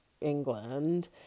England